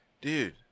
dude